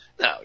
No